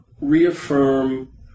reaffirm